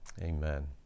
Amen